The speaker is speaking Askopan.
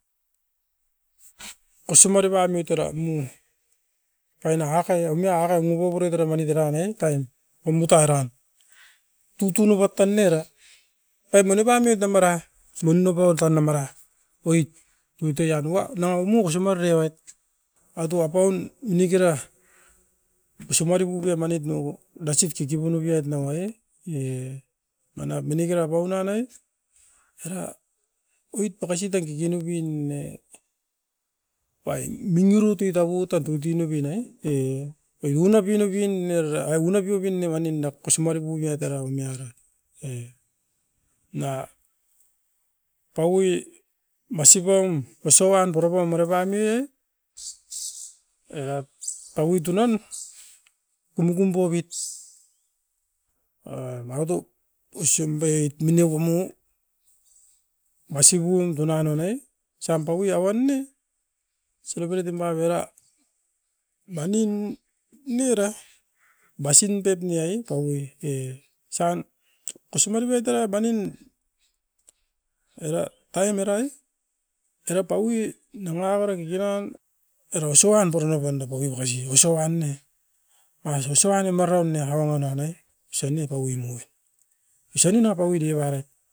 Mine tunan tuna pum ai, mine masi papeait avangan nuan ne oit tan osiauan tan unat omain no towo numait era masi papue neko tan.